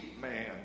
man